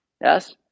Yes